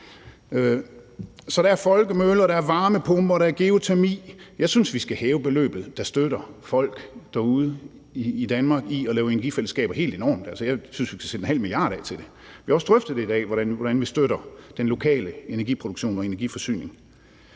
Så der er folkemøller, og der er varmepumper, og der er geotermi. Jeg synes, at vi skal hæve beløbet, der støtter folk derude i Danmark i at lave energifællesskaber, helt enormt. Jeg synes, vi skal sætte ½ mia. kr. af til det. Vi har også drøftet i dag, hvordan vi støtter den lokale energiproduktion og energiforsyning.